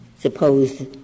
Suppose